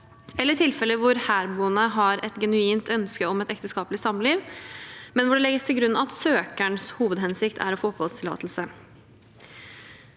eller tilfeller hvor herboende har et genuint ønske om et ekteskapelig samliv, men hvor det legges til grunn at søkerens hovedhensikt er å få oppholdstillatelse.